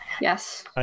Yes